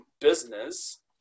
business